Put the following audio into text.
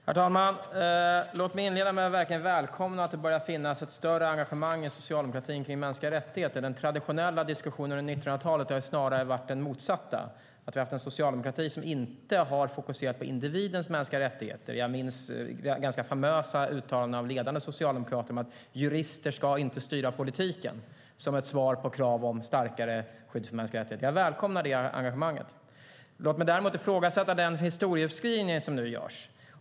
Herr talman! Låt mig inleda med att verkligen välkomna att det börjar finnas ett större engagemang i socialdemokratin för mänskliga rättigheter. Den traditionella diskussionen under 1900-talet har ju snarare varit den motsatta - vi har haft en socialdemokrati som inte har fokuserat på individens mänskliga rättigheter. Jag minns ganska famösa uttalanden av ledande socialdemokrater om att jurister inte ska styra politiken. Detta som ett svar på krav på starkare skydd för mänskliga rättigheter. Jag välkomnar detta engagemang. Låt mig däremot ifrågasätta den historieskrivning som nu görs.